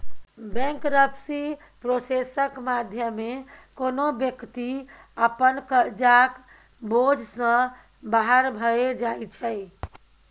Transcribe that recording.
bankruptcy प्रोसेसक माध्यमे कोनो बेकती अपन करजाक बोझ सँ बाहर भए जाइ छै